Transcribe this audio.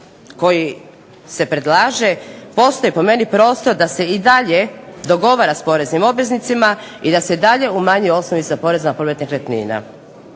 koji se predlaže postoji po meni prostor da se i dalje dogovara s poreznim obveznicima i da se dalje umanjuje …/Ne razumije se./… porez na promet nekretnina.